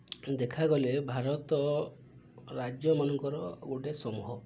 ଦେଖାଗଲେ ଭାରତ ରାଜ୍ୟମାନଙ୍କର ଗୋଟେ ସମ୍ଭବ